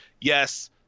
Yes